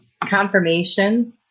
confirmation